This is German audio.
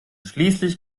schließlich